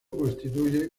constituye